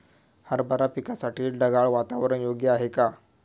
हरभरा पिकासाठी ढगाळ वातावरण योग्य आहे का?